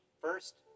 First